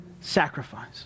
sacrifice